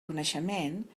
coneixement